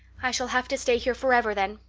i shall have to stay here forever then,